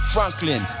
Franklin